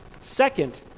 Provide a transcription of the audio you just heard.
Second